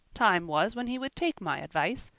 time was when he would take my advice,